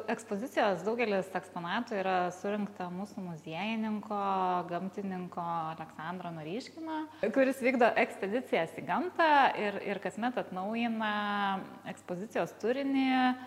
ekspozicijos daugelis eksponatų yra surinkta mūsų muziejininko gamtininko aleksandro naryškino kuris vykdo ekspedicijas į gamtą ir ir kasmet atnaujina ekspozicijos turinį